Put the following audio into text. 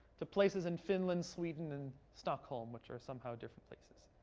to places in finland, sweden, and stockholm, which are somehow different places.